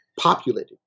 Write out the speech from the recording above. populated